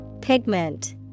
Pigment